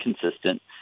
consistent